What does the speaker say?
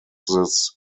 this